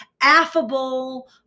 affable